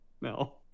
no